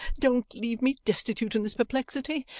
don't leave me destitute in this perplexity!